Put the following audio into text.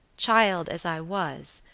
child as i was,